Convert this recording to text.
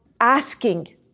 asking